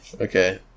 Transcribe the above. Okay